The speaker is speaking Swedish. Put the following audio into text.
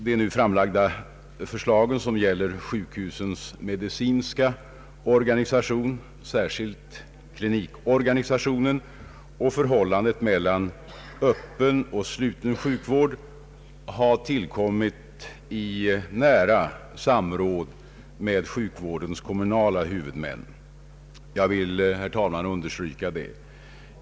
De nu framlagda förslagen, som gäller sjukvårdens medicinska organisation, särskilt klinikorganisationen, och förhållandet mellan öppen och sluten sjukvård, har tillkommit i nära samråd med sjukvårdens kommunala huvudmän. Jag vill, herr talman, understryka detta.